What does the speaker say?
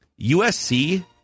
USC